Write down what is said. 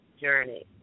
journey